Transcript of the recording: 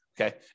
Okay